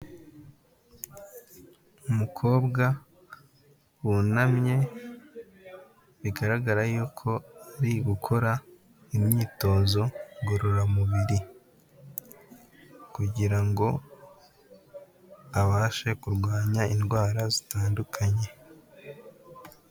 Umukobwa wunamye bigaragara yuko ari gukora imyitozo ngororamubiri, kugira ngo abashe kurwanya indwara zitandukanye.